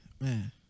Man